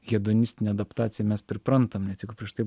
hedonistinė adaptacija mes priprantam net jeigu prieš tai